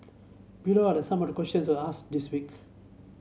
below are the some of the questions I asked this week